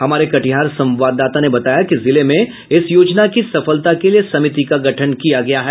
हमारे कटिहार संवाददाता ने बताया कि जिले में इस योजना की सफलता के लिए समिति का गठन किया गया है